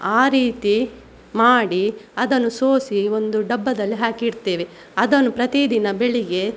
ಆ ರೀತಿ ಮಾಡಿ ಅದನ್ನು ಸೋಸಿ ಒಂದು ಡಬ್ಬದಲ್ಲಿ ಹಾಕಿಡ್ತೇವೆ ಅದನ್ನು ಪ್ರತಿದಿನ ಬೆಳಗ್ಗೆ